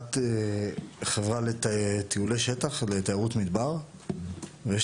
חברה לטיולי שטח ולתיירות מדבר ויש